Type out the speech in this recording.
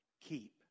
keep